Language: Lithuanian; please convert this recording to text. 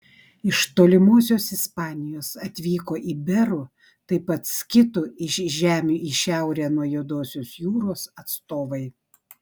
iš tolimosios ispanijos atvyko iberų taip pat skitų iš žemių į šiaurę nuo juodosios jūros atstovai